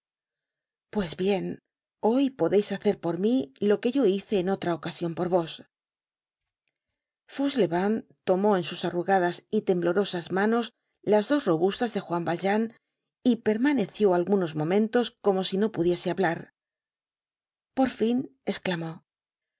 pues bien hoy podeis hacer por mí lo que yo hice en otra ocasion por vos fauchelevent tomó en sus arrugadas y temblorosas manos las dos robustas de juan valjean y permaneció algunos momentos como si no pudiese hablar por fin esclamó